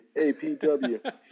APW